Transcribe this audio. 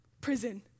Prison